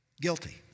Guilty